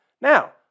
Now